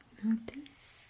notice